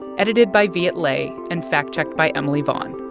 edited by viet le and fact-checked by emily vaughn.